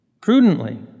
Prudently